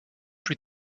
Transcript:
plus